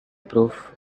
proof